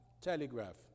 telegraph